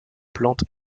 plante